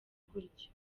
gutyo